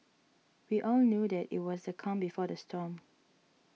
we all knew that it was the calm before the storm